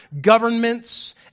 governments